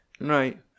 right